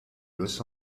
los